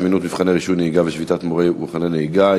זמינות מבחני רישוי הנהיגה ושביתת מורים והשבתת מבחני נהיגה,